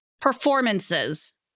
Performances